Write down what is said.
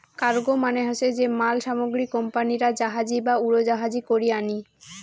cargo মানে হসে যে মাল সামগ্রী কোম্পানিরা জাহাজী বা উড়োজাহাজী করি আনি